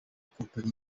kompanyi